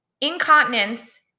incontinence